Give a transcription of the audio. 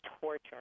torture